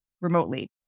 remotely